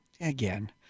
again